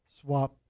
swap